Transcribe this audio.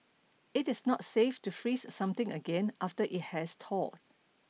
it is not safe to freeze something again after it has thawed